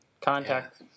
Contact